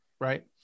right